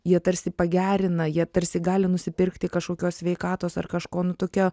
jie tarsi pagerina jie tarsi gali nusipirkti kažkokios sveikatos ar kažko nu tokia